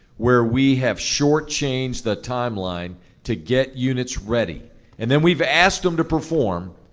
where we have shortchanged the timeline to get units ready and then we've asked them to perform,